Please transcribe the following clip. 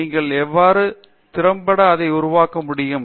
நீங்கள் எவ்வாறு திறம்பட அதை உருவாக்க முடியும்